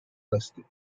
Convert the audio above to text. listed